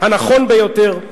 הנכון ביותר.